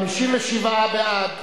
57 בעד,